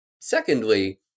secondly